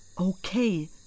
Okay